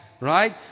right